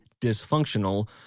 dysfunctional